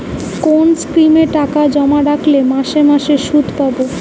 কোন স্কিমে টাকা জমা রাখলে মাসে মাসে সুদ পাব?